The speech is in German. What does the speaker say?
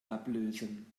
ablösen